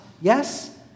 Yes